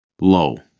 low